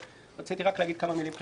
אבל רציתי להגיד כמה מילים כלליות.